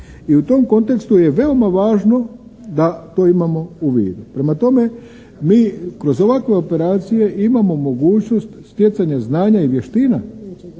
I u tom kontekstu je veoma važno da to imamo u vidu. Prema tome kroz ovakve operacije imamo mogućnost stjecanja znanja i vještina